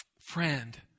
Friend